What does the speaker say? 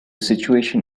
situation